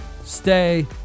stay